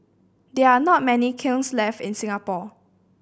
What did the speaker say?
there are not many kilns left in Singapore